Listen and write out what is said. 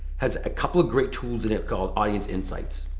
has a couple of great tools in it, called audience insights.